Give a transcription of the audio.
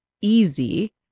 easy